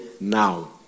now